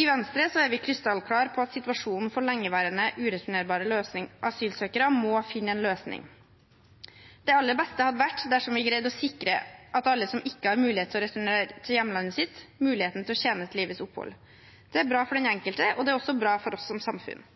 I Venstre er vi krystallklar på at situasjonen for lengeværende, ureturnerbare asylsøkere må finne en løsning. Det aller beste hadde vært om vi greide å sikre alle som ikke har mulighet til å returnere til hjemlandet sitt, muligheten til å tjene til livets opphold. Det er bra for den enkelte, og det er også bra for oss som samfunn.